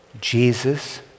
Jesus